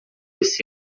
esse